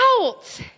out